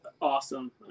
awesome